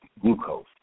glucose